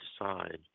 decide